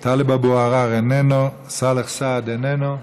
טלב אבו עראר, איננו, סאלח סעד, איננו,